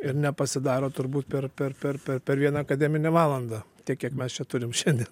ir nepasidaro turbūt per per per per per vieną akademinę valandą tiek kiek mes čia turim šiandien